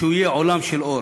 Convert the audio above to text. שיהיה עולם של אור.